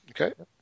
Okay